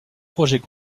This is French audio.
projet